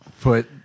put